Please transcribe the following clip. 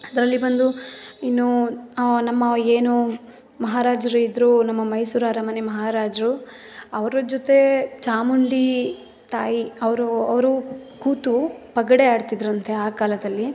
ಅದರಲ್ಲಿ ಬಂದು ಇನ್ನೂ ನಮ್ಮ ಏನು ಮಹಾರಾಜ್ರು ಇದ್ದರು ನಮ್ಮ ಮೈಸೂರು ಅರಮನೆ ಮಹಾರಾಜರು ಅವರ ಜೊತೆ ಚಾಮುಂಡಿ ತಾಯಿ ಅವರು ಅವರು ಕೂತು ಪಗಡೆ ಆಡ್ತಿದ್ದರಂತೆ ಆ ಕಾಲದಲ್ಲಿ